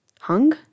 hung